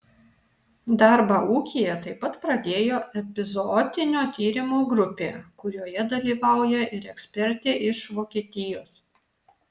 darbą ūkyje taip pat pradėjo epizootinio tyrimo grupė kurioje dalyvauja ir ekspertė iš vokietijos